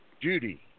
Judy